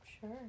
Sure